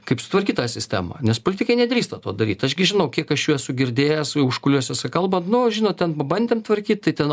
kaip sutvarkyt tą sistemą nes politikai nedrįsta to daryt aš gi žinau kiek aš jų esu girdėjęs užkulisiuose kalbant nu žinot ten pabandėm tvarkyt tai ten